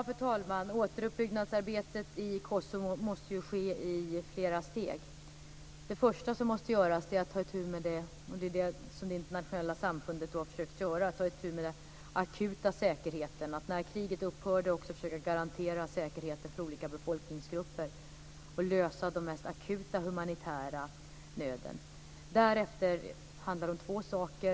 Fru talman! Återuppbyggnadsarbetet i Kosovo måste ske i flera steg. Det första som måste göras är att ta itu med den akuta säkerheten, och det är också det som det internationella samfundet har försökt göra. När kriget upphörde måste man försöka garantera säkerheten för olika befolkningsgrupper, och göra något åt den mest akuta humanitära nöden. Därefter handlar det om två saker.